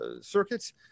circuits